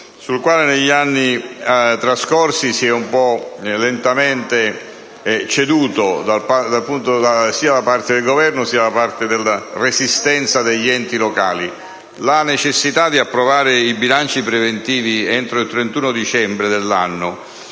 sul quale, negli anni scorsi, si è un po' lentamente ceduto, sia da parte del Governo sia da parte degli enti locali. La necessità di approvare i bilanci di previsione entro il 31 dicembre dell'anno